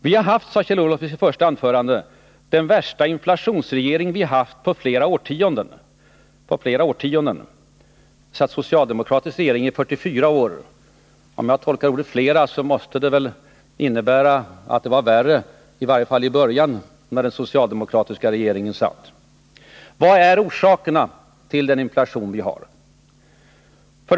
Vi har, sade Kjell-Olof Feldt i sitt första anförande, den värsta inflationsregering som vi haft på flera årtionden. Det satt socialdemokratiska regeringar i 44 år, och så som jag tolkar ordet ”flera”, måste det innebära att det var värre i början när det satt en socialdemokratisk regering. Vad är orsakerna till den inflation vi har?